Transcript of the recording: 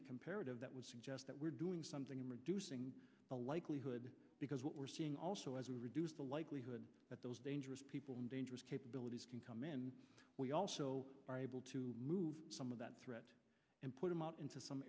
the comparative that would suggest that we're doing something in reducing the likelihood because what we're seeing also as we reduce the likelihood that those dangerous people and dangerous capabilities can come in we also are able to move some of that threat and put them out into some